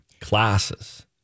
classes